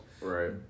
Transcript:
Right